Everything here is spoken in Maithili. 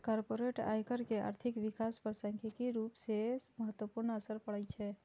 कॉरपोरेट आयकर के आर्थिक विकास पर सांख्यिकीय रूप सं महत्वपूर्ण असर पड़ै छै